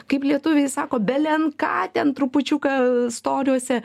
kaip lietuviai sako belenką ten trupučiuką storiuose